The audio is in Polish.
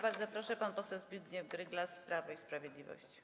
Bardzo proszę, pan poseł Zbigniew Gryglas, Prawo i Sprawiedliwość.